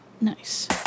nice